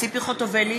אינו נוכח ציפי חוטובלי,